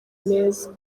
meza